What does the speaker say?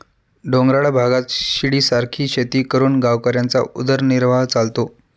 डोंगराळ भागात शिडीसारखी शेती करून गावकऱ्यांचा उदरनिर्वाह चालतो